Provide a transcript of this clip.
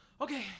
okay